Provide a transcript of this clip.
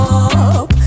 up